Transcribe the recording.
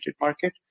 market